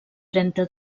trenta